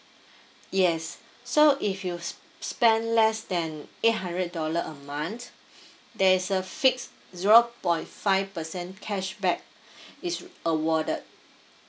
yes so if you spend less than eight hundred dollar a month there's a fixed zero point five percent cashback is awarded